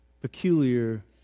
peculiar